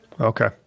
Okay